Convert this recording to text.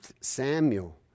Samuel